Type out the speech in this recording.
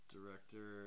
Director